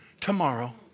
tomorrow